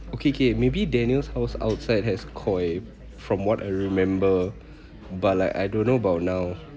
okay okay maybe daniel's house outside has koi from what I remember but like I don't know about now